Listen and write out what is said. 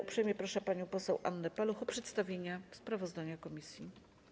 Uprzejmie proszę panią poseł Annę Paluch o przedstawienie sprawozdania komisji.